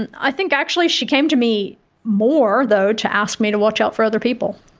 and i think actually she came to me more, though, to ask me to watch out for other people.